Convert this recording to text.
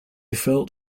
felt